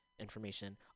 information